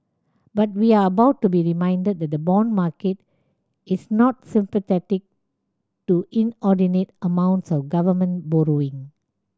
but we are about to be reminded that the bond market is not sympathetic to inordinate amounts of government borrowing